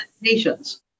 nations